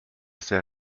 sehr